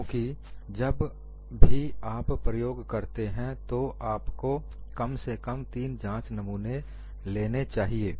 क्योंकि जब भी आप प्रयोग करते हैं तो आपको कम से कम तीन जांच नमूने लेने चाहिए